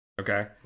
Okay